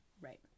Right